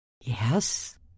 Yes